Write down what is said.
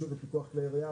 ברשות הפיקוח לכלי ירייה.